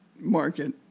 market